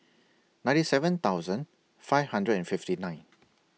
ninety seven thousand five hundred and fifty nine